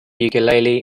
ukulele